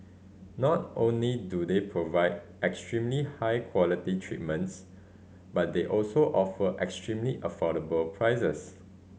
not only do they provide extremely high quality treatments but they also offer extremely affordable prices